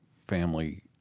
family